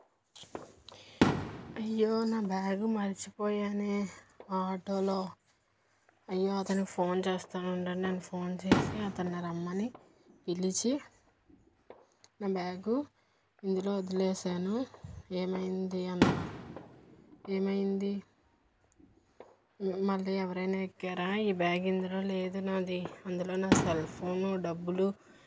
అయ్యో నా బ్యాగు మర్చిపోయాను ఆటోలో అయ్యో అతనికి ఫోన్ చేస్తాను ఉండండి అని ఫోన్ చేసి అతని రమ్మని పిలిచి నా బ్యాగు ఇందులో వదిలేసాను ఏమైంది అన్న ఏమైంది మళ్ళీ ఎవరైనా ఎక్కారా ఈ బ్యాగ్ ఇందులో లేదు నాది అందులో నా సెల్ ఫోను డబ్బులు